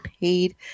paid